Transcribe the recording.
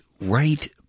right